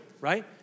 right